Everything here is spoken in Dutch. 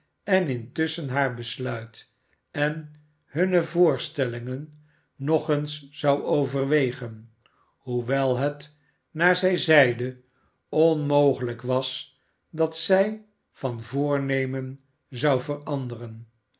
en intusschen haar besluit en hunne voorstellingen nog eens zou overwegen hoewel het naar zij zeide onmogelijk was dat zij van voornemen zou veranderen